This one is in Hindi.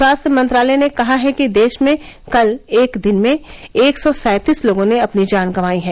स्वास्थ्य मंत्रालय ने कहा है कि देश में कल एक दिन में एक सौ सैंतीस लोगों ने अपनी जान गंवाई है